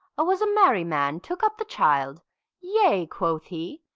a was a merry man took up the child yea, quoth he,